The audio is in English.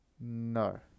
No